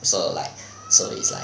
so like so it's like